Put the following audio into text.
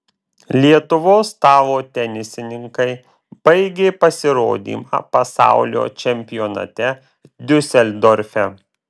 lietuvos stalo tenisininkai baigė pasirodymą pasaulio čempionate diuseldorfe